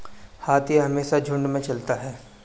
हाथी हमेशा झुंड में चलता है